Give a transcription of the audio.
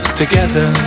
together